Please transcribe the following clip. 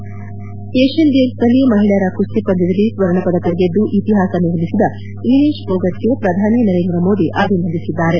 head Asian ಗೇಮ್ಸ್ನಲ್ಲಿ ಮಹಿಳೆಯರ ಕುಸ್ತಿ ಪಂದ್ಯದಲ್ಲಿ ಚಿನ್ನ ಗೆದ್ದು ಇತಿಹಾಸ ನಿರ್ಮಿಸಿದ ವಿನೇತ್ ಫೋಗಟ್ಗೆ ಪ್ರಧಾನಿ ನರೇಂದ್ರ ಮೋದಿ ಅಭಿನಂದಿಸಿದ್ದಾರೆ